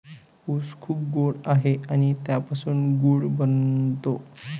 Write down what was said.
ऊस खूप गोड आहे आणि त्यापासून गूळ बनतो